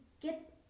get